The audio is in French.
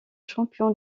champion